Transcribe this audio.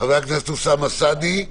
חבר הכנסת אוסאמה סעדי,